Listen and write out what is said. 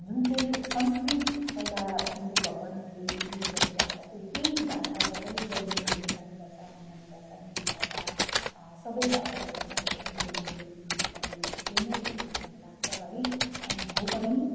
जुन चाहिँ संस्कृत पहिला जुन चाहिँ भगवानहरूले युज गर्ने भाषा थियो त्यही भाषाबाटै जन्मेको नेपाली भाषा बङ्गाली भाषा हिन्दी भाषा सबै भाषाको सायद देवनागरी लिपिहरू त्यही नै हो जस्तो मलाई लाग्छ है अनि हो पनि